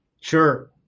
Sure